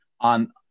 on